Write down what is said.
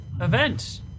event